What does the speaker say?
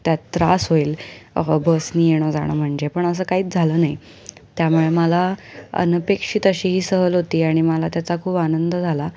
त्यात त्रास होईल बसने येणं जाणं म्हणजे पण असं काहीच झालं नाही त्यामुळे मला अनपेक्षित अशी ही सहल होती आणि मला त्याचा खूप आनंद झाला